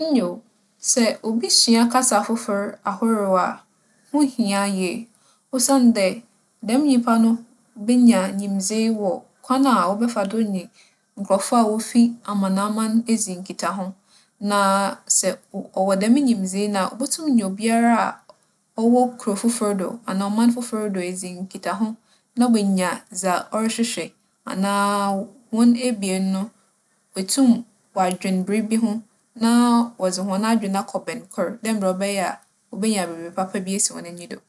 Nyew, sɛ obi sua kasa fofor ahorow a, ho hia yie. Osiandɛ dɛm nyimpa no benya nyimdzee wͻ kwan a ͻbɛfa do nye nkorͻfo a wofi amanaman edzi nkitaho. Na sɛ wͻ - ͻwͻ dɛm nyimdzee no a, obotum nye obiara a ͻwͻ kurow fofor do anaa ͻman fofor do edzi nkitaho, na oeenya dza ͻrohwehwɛ, anaa hͻn ebien no woetum wͻaadwen biribi ho na wͻdze hͻn adwen akͻ bɛn kor dɛ mbrɛ ͻbɛyɛ a wobenya biribi papa bi esi hͻn enyi do.